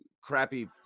crappy